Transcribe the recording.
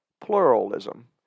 pluralism